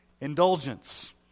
indulgence